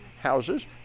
houses